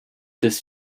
des